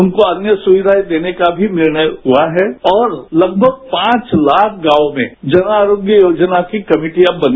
उनको अन्य सुविधाएं देने का भी निर्णय हुआ है और लगभग पांच लाख गांवों में जन आरोग्य योजनाओं की कमेटियां बनी